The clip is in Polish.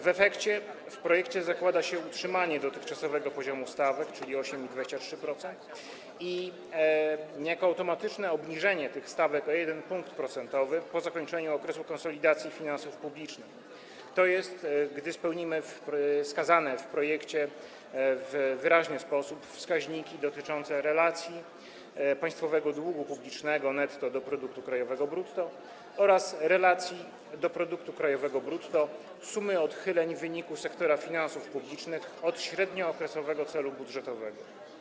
W efekcie w projekcie zakłada się utrzymanie dotychczasowego poziomu stawek, czyli 8 i 23%, i niejako automatyczne obniżenie tych stawek o 1 punkt procentowy po zakończeniu okresu konsolidacji finansów publicznych, tj. wtedy, gdy osiągniemy - wskazane w projekcie w wyraźny sposób - wskaźniki dotyczące relacji państwowego długu publicznego netto do produktu krajowego brutto oraz relacji do produktu krajowego brutto sumy odchyleń wyniku sektora finansów publicznych od średniookresowego celu budżetowego.